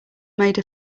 made